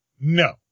No